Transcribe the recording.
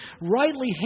rightly